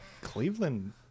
Cleveland